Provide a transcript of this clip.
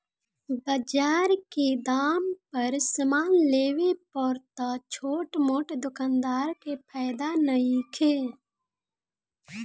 बजार के दाम पर समान लेवे पर त छोट मोट दोकानदार के फायदा नइखे